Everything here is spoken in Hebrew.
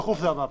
דחוף זה המוות.